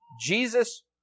Jesus